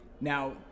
Now